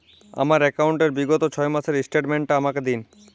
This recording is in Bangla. আমার অ্যাকাউন্ট র বিগত ছয় মাসের স্টেটমেন্ট টা আমাকে দিন?